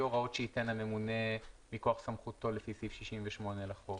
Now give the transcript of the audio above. הוראות שייתן הממונה מכוח סמכותו לפי סעיף 68 לחוק.